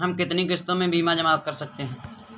हम कितनी किश्तों में बीमा जमा कर सकते हैं?